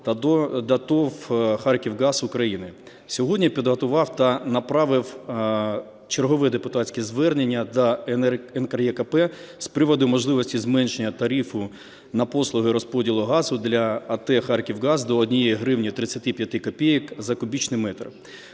та до ТОВ "Харківгаз України". Сьогодні підготував та направив чергове депутатське звернення до НКРЕКП з приводу можливості зменшення тарифу на послуги розподілу газу для АТ "Харківгаз" до 1 гривні 35 копійок за кубічний метр.